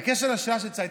בקשר לשאלה של צייטלין,